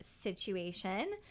situation